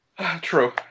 True